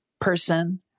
person